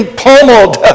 pummeled